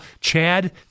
Chad